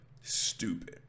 stupid